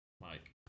Mike